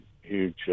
huge